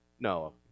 No